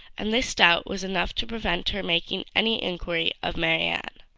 and this doubt was enough to prevent her making any inquiry of marianne.